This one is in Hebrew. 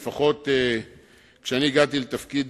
לפחות כשאני הגעתי לתפקיד